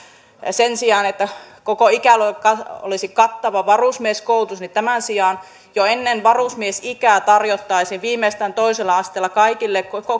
sen sijaan että koko ikäluokalle olisi kattava varusmieskoulutus jo ennen varusmiesikää tarjottaisiin viimeistään toisella asteella kaikille